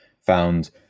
found